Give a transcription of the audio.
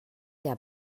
der